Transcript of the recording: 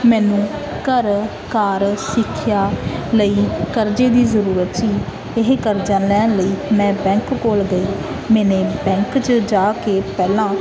ਮੈਨੂੰ ਘਰ ਕਾਰ ਸਿੱਖਿਆ ਲਈ ਕਰਜ਼ੇ ਦੀ ਜ਼ਰੂਰਤ ਸੀ ਇਹ ਕਰਜ਼ਾ ਲੈਣ ਲਈ ਮੈਂ ਬੈਂਕ ਕੋਲ ਗਈ ਮੈਨੇ ਬੈਂਕ 'ਚ ਜਾ ਕੇ ਪਹਿਲਾਂ